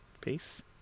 Peace